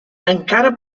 encara